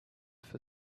for